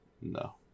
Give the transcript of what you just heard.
No